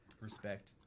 Respect